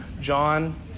John